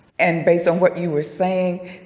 and based on what you were saying,